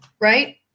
right